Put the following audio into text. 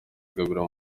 gabiro